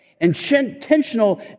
intentional